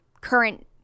current